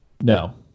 no